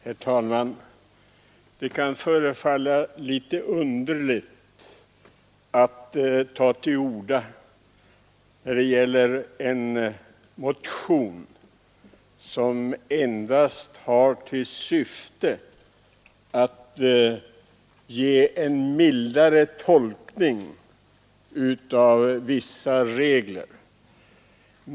Herr talman! Det kan förefalla litet underligt att ta till orda beträffande en motion, som endast har till syfte att ge en mildare tolkning av vissa regler.